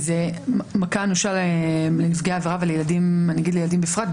מכה אנושה לנפגעי עבירה ולילדים בפרט.